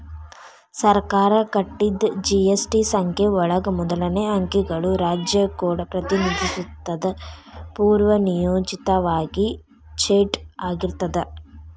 ಸರ್ಕಾರ ಕೊಟ್ಟಿದ್ ಜಿ.ಎಸ್.ಟಿ ಸಂಖ್ಯೆ ಒಳಗ ಮೊದಲನೇ ಅಂಕಿಗಳು ರಾಜ್ಯ ಕೋಡ್ ಪ್ರತಿನಿಧಿಸುತ್ತದ ಪೂರ್ವನಿಯೋಜಿತವಾಗಿ ಝೆಡ್ ಆಗಿರ್ತದ